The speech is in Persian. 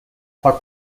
پاک